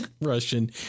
Russian